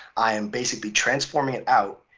i'm basically transforming it out.